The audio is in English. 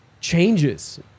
changes